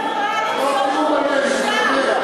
ציונית ומוסרית.